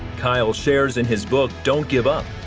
kyle shares in his book don't give up.